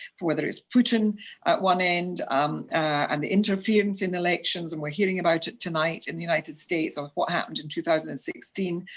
whether it's putin at one end um and the interference in elections and we're hearing about it tonight in the united states, ah what happened in two thousand and sixteen,